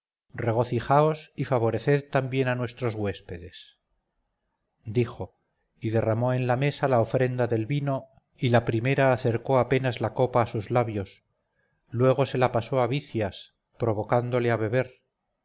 regocijaos y favoreced también a nuestros huéspedes dijo y derramó en la mesa la ofrenda del vino y la primera acercó apenas la copa a sus labios luego se la pasó a bicias provocándole a beber